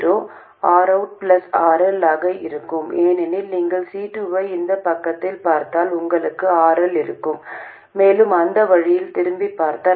இப்போது மின்தேக்கி C2 க்கான மற்றொரு சாத்தியமான தடையையும் நாங்கள் விவாதித்தோம் இங்குள்ள VDS மின்னழுத்தம் V0 போலவே இருக்க வேண்டும் என்று பலமுறை விரும்புகிறோம்